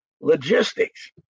logistics